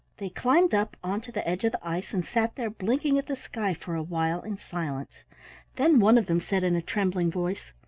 they climbed up onto the edge of the ice and sat there blinking at the sky for a while in silence then one of them said in a trembling voice,